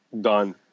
Done